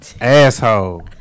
Asshole